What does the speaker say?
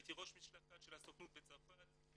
הייתי ראש משלחת של הסוכנות בצרפת,